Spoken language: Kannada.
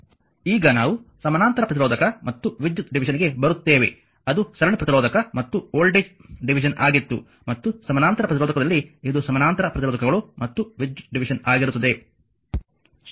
ಈಗ ನಾವು ಸಮಾನಾಂತರ ಪ್ರತಿರೋಧಕ ಮತ್ತು ವಿದ್ಯುತ್ ಡಿವಿಷನ್ ಗೆ ಬರುತ್ತೇವೆ ಅದು ಸರಣಿ ಪ್ರತಿರೋಧಕ ಮತ್ತು ವೋಲ್ಟೇಜ್ ಡಿವಿಷನ್ ಆಗಿತ್ತು ಮತ್ತು ಸಮಾನಾಂತರ ಪ್ರತಿರೋಧಕದಲ್ಲಿ ಇದು ಸಮಾನಾಂತರ ಪ್ರತಿರೋಧಕಗಳು ಮತ್ತು ವಿದ್ಯುತ್ ಡಿವಿಷನ್ ಆಗಿರುತ್ತದೆ